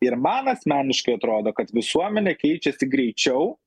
ir man asmeniškai atrodo kad visuomenė keičiasi greičiau